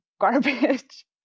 garbage